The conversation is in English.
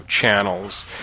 channels